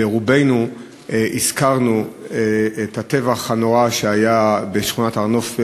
ורובנו הזכרנו את הטבח הנורא שהיה בשכונת הר-נוף בירושלים.